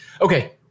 Okay